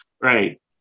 Right